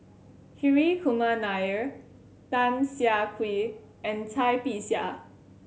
Hri Kumar Nair Tan Siah Kwee and Cai Bixia